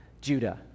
Judah